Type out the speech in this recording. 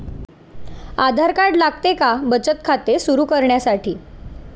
आधार card लागते का बचत खाते सुरू करण्यासाठी?